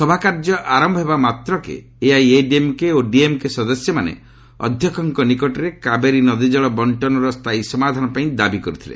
ସଭାକାର୍ଯ୍ୟ ଆରମ୍ଭ ହେବା ମାତ୍ରକେ ଏଆଇଏଡିଏମ୍କେ ଓ ଡିଏମ୍କେ ସଦସ୍ୟମାନେ ଅଧ୍ୟକ୍ଷଙ୍କ ନିକଟରେ କାବେରୀ ନଦୀକଳ ବଣ୍ଟନର ସ୍ଥାୟୀ ସମାଧାନ ପାଇଁ ଦାବି କରିଥିଲେ